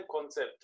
concept